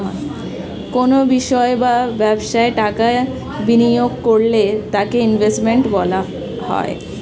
কোনো বিষয় বা ব্যবসায় টাকা বিনিয়োগ করলে তাকে ইনভেস্টমেন্ট বলা হয়